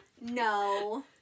No